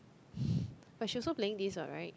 but she also playing this what right